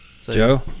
Joe